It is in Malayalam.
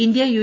India U